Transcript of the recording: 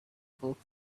bulk